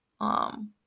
um-